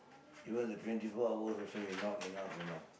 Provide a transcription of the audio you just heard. even the twenty four hours also you not enough you know